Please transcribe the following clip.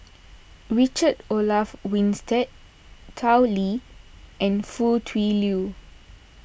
Richard Olaf Winstedt Tao Li and Foo Tui Liew